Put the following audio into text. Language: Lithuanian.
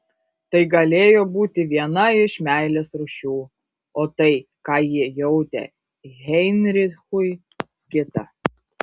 tai galėjo būti viena iš meilės rūšių o tai ką ji jautė heinrichui kita